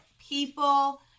people